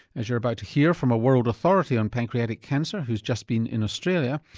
as you're about to hear from a world authority on pancreatic cancer who's just been in australia,